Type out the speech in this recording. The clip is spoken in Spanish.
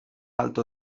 alto